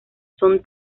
son